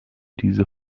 diese